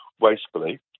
wastefully